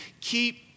Keep